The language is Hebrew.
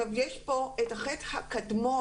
יש פה את החטא הקדמון